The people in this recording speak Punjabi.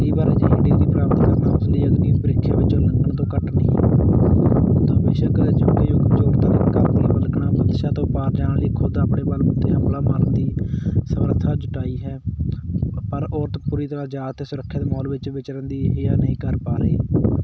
ਕਈ ਵਾਰ ਅਜਿਹੀ ਡਿਗਰੀ ਪ੍ਰਾਪਤ ਕਰਨਾ ਉਸ ਲਈ ਅਗਨੀ ਪ੍ਰੀਖਿਆ ਵਿੱਚੋਂ ਲੰਘਣ ਤੋਂ ਘੱਟ ਨਹੀਂ ਹੈ ਬੰਦਸ਼ਾ ਤੋਂ ਪਾਰ ਜਾਣ ਲਈ ਖੁਦ ਆਪਣੇ ਬਲਬੂਤੇ ਹੰਭਲਾ ਮਾਰਨ ਦੀ ਸਮਰੱਥਾ ਜੁਟਾਈ ਹੈ ਪਰ ਔਰਤ ਪੂਰੀ ਤਰ੍ਹਾਂ ਜਾਂ ਤਾਂ ਸੁਰੱਖਿਆ ਮਾਹੌਲ ਵਿੱਚ ਵਿਚਰਨ ਦੀ ਨਹੀਂ ਕਰ ਪਾ ਰਹੀ